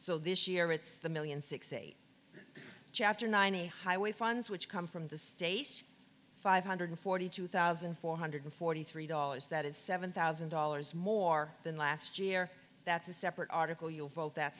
so this year it's the million six eight chapter nine highway funds which come from the stace five hundred forty two thousand four hundred forty three dollars that is seven thousand dollars more than last year that's a separate article you'll vote that